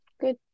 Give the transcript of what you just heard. good